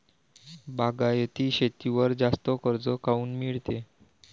बागायती शेतीवर जास्त कर्ज काऊन मिळते?